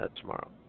tomorrow